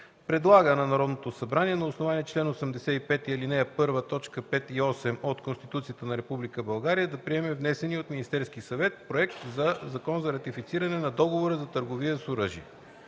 Предлага на Народното събрание на основание чл. 85, ал. 1, т. 5 и 8 от Конституцията на Република България да приеме внесения от Министерския съвет Проект за закон за ратифициране на Договора за търговия с оръжие.”